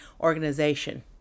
organization